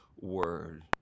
word